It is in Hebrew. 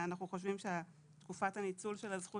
אנחנו חושבים שתקופת הניצול של הזכות